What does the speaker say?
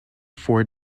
four